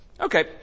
Okay